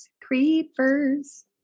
creepers